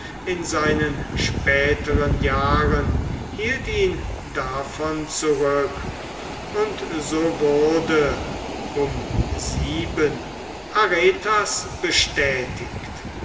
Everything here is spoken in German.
in seinen späteren jahren hielt ihn davon zurück und so wurde um sieben aretas bestätigt